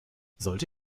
sollte